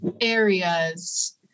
areas